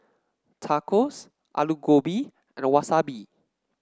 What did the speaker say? Tacos Alu Gobi and Wasabi